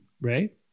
Right